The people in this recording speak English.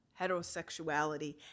heterosexuality